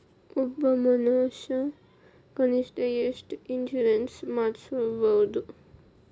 ಒಬ್ಬ ಮನಷಾ ಕನಿಷ್ಠ ಎಷ್ಟ್ ಇನ್ಸುರೆನ್ಸ್ ಮಾಡ್ಸ್ಬೊದು?